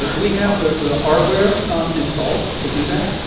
and we have the the hardware installed to do that.